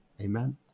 Amen